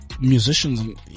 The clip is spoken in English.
Musicians